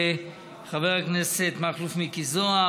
חברי הכנסת מכלוף מיקי זוהר,